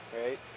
Right